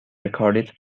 recorded